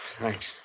Thanks